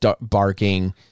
barking